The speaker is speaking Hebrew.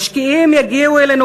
משקיעים יגיעו אלינו